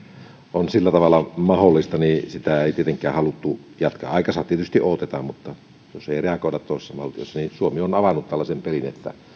on sillä tavalla mahdollista sitä ei tietenkään haluttu jatkaa aikansa tietysti odotetaan mutta jos ei reagoida toisessa valtiossa niin suomi on avannut tällaisen pelin että